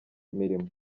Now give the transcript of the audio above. imirimo